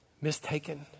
mistaken